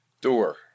Door